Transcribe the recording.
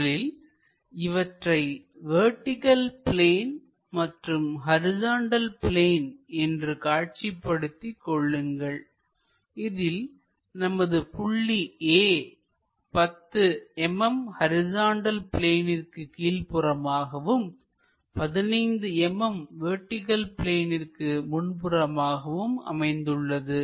முதலில் இவற்றை vertical plane மற்றும் ஹரிசாண்டல் பிளேன் என்று காட்சிப் படுத்திக் கொள்ளுங்கள் இதில் நமது புள்ளி A 10 mm ஹரிசாண்டல் பிளேனிற்கு கீழ் புறமாகவும் 15 mm வெர்டிகள் பிளேனிற்கு முன்புறமாகவும் அமைந்துள்ளது